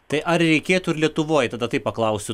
tai ar reikėtų ir lietuvoje tada taip paklausiu